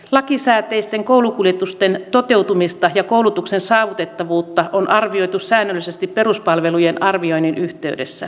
lakisääteisten koulukuljetusten toteutumista ja koulutuksen saavutettavuutta on arvioitu säännöllisesti peruspalvelujen arvioinnin yhteydessä